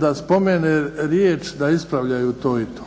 da spomene riječ da ispravljaju to i to.